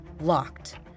Locked